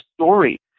story